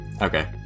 Okay